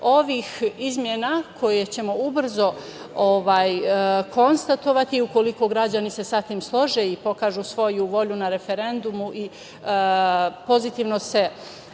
ovih izmena koje ćemo ubrzo konstatovati, ukoliko se građani sa tim slože i pokažu svoju volju na referendumu i pozitivno se